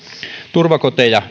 turvakoteja